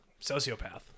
sociopath